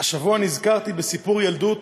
השבוע נזכרתי בסיפור ילדות